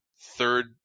third